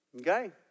Okay